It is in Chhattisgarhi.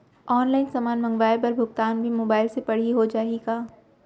ऑनलाइन समान मंगवाय बर भुगतान भी मोबाइल से पड़ही हो जाही का?